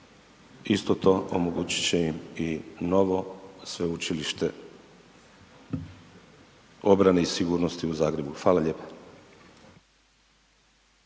isto to omogućit će im i novo Sveučilište obrane i sigurnosti u Zagrebu. Fala ljepa.